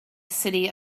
city